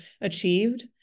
achieved